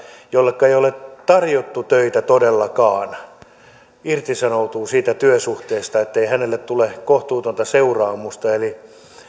jolleka ei ole tarjottu töitä todellakaan ja joka irtisanoutuu siitä työsuhteesta tule kohtuutonta seuraamusta eli